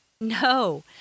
No